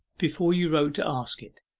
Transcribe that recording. before you wrote to ask it.